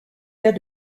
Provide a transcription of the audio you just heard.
cas